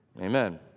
Amen